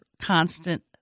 constant